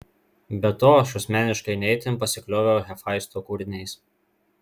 be to aš asmeniškai ne itin pasiklioviau hefaisto kūriniais